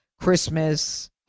Christmas